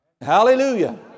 Hallelujah